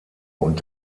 und